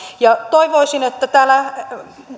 toivoisin että täällä